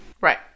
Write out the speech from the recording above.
right